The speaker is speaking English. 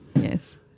Yes